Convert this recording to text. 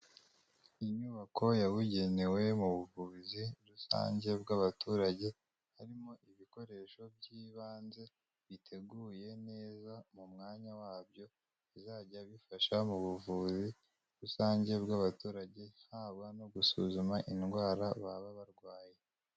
Inyubako yabugenewe mu buvuzi rusange bw'abaturage, harimo ibikoresho by'ibanze, biteguye neza mu mwanya wabyo, bizajya bifasha mu buvuzi rusange bw'abaturage, haba no gusuzuma indwara baba barwaye.